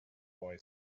boy